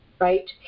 right